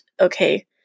okay